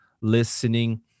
listening